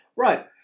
Right